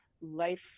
life